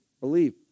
believe